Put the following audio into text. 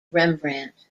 rembrandt